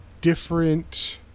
different